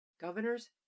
governors